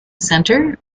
centre